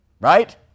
right